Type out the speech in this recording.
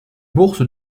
bourse